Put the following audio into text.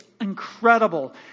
incredible